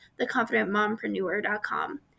theconfidentmompreneur.com